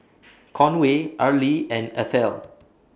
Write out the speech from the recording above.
Conway Arly and Ethel